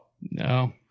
No